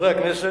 חברי הכנסת,